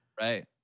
Right